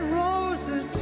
roses